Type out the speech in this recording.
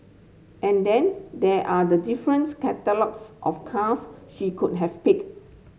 and then there are the difference of cars she could have picked